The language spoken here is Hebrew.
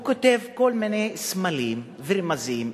הוא כותב כל מיני סמלים ורמזים,